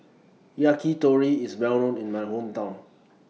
Yakitori IS Well known in My Hometown